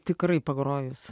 tikrai pagrojus